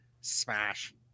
smash